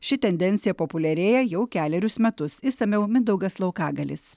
ši tendencija populiarėja jau kelerius metus išsamiau mindaugas laukagaliais